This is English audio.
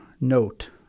note